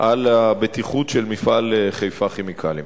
על הבטיחות של מפעל "חיפה כימיקלים".